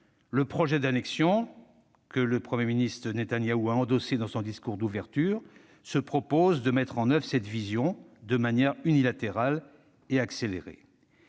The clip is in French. Le projet d'annexion, que le Premier ministre Netanyahou a endossé dans son discours d'investiture, prévoit de mettre en oeuvre cette vision, de manière unilatérale et accélérée.